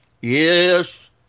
Yes